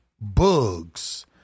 Bugs